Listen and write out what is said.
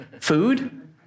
food